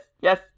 yes